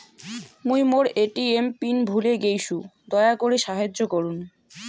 মুই মোর ATM pin ভুলে গেইসু, দয়া করি সাহাইয্য করুন